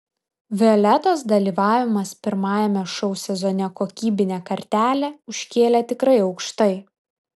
violetos dalyvavimas pirmajame šou sezone kokybinę kartelę užkėlė tikrai aukštai